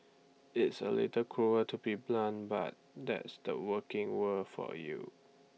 it's A little cruel to be blunt but that's the working world for you